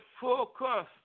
focus